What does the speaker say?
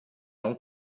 non